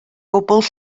gwbl